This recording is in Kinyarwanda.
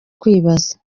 kwibaza